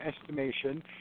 estimation